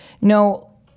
no